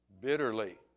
bitterly